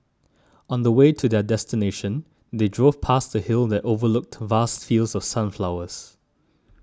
on the way to their destination they drove past a hill that overlooked vast fields of sunflowers